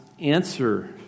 answer